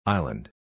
Island